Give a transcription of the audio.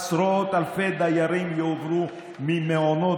עשרות אלפי דיירים יועברו ממעונות